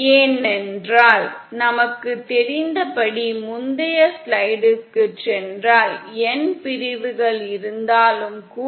ஏனென்றால் நமக்குத் தெரிந்தபடி முந்தைய ஸ்லைடிற்குச் சென்றால் n பிரிவுகள் இருந்தாலும் கூட